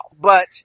but-